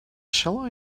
shall